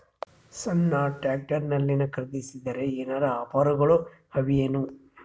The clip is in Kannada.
ಸಣ್ಣ ಟ್ರ್ಯಾಕ್ಟರ್ನಲ್ಲಿನ ಖರದಿಸಿದರ ಏನರ ಆಫರ್ ಗಳು ಅವಾಯೇನು?